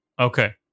Okay